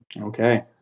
Okay